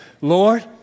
Lord